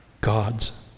God's